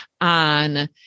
on